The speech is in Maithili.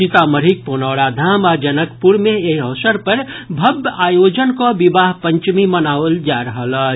सीतामढ़ीक पुनौरा धाम आ जनकपुर मे एहि अवसर पर भव्य आयोजन कऽ विवाह पंचमी मनाओल जा रहल अछि